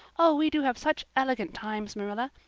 oh, we do have such elegant times, marilla.